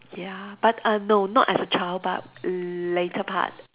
ya but uh no not as a child but later part